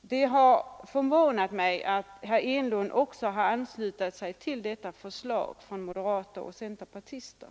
Det har förvånat mig att också herr Enlund har anslutit sig till detta förslag från moderater och centerpartister.